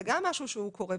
זה גם משהו שקורה,